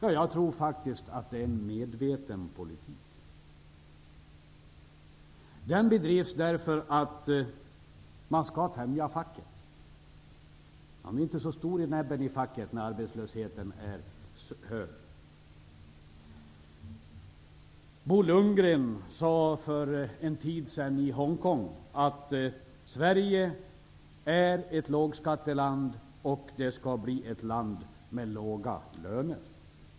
Jag tror att det är en medveten politik. Den bedrivs för att man skall tämja facket. Facket är inte så stor i näbben när arbetslösheten är hög. Bo Lundgren sade för en tid sedan i Hong Kong att Sverige är ett lågskatteland och skall bli ett land med låga löner.